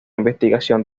investigación